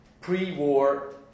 pre-war